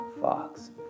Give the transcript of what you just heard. Fox